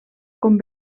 com